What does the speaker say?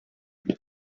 mind